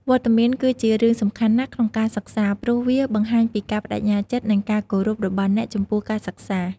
វត្តមានគឺជារឿងសំខាន់ណាស់ក្នុងការសិក្សា ព្រោះវាបង្ហាញពីការប្តេជ្ញាចិត្ត និងការគោរពរបស់អ្នកចំពោះការសិក្សា។